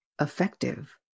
effective